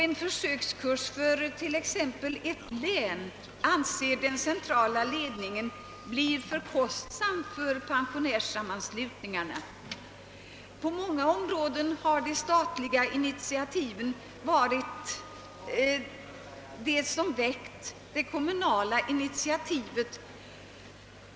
En försökskurs för t.ex. ett län anser den centrala ledningen bli för kostsam för pensionärssammanslutningarna. På många områden har de statliga initiativen varit det som väckt det kommunala initiativet.